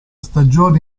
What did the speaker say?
stagione